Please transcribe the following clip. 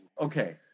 Okay